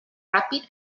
ràpid